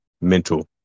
mental